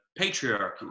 patriarchy